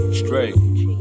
straight